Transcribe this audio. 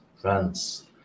France